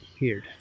Weird